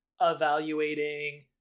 evaluating